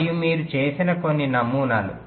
మరియు మీరు చేసిన కొన్ని నమూనాలు